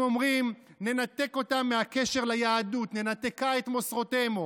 הם אומרים: ננתק אותם מהקשר ליהדות: "ננתקה את מוסרותימו".